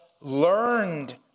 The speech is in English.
learned